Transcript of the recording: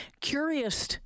Curious